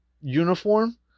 uniform